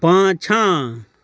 पाँछाँ